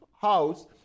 house